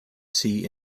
sea